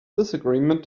disagreement